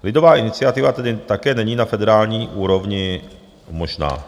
Lidová iniciativa tedy také není na federální úrovni možná.